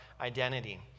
identity